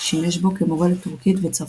שימש בו כמורה לטורקית וצרפתית.